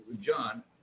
John